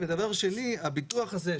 2. הביטוח הזה,